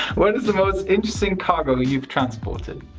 what is the most interesting cargo you've transported